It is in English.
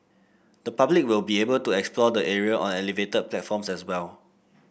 the public will be able to explore the area on elevated platforms as well